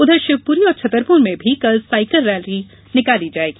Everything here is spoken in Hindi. उधर शिवपुरी और छतरपुर में भी कल सायकल रैली निकाली जायेगी